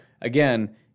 again